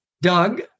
Doug